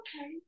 okay